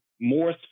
more